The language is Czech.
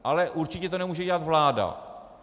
Ale určitě to nemůže dělat vláda.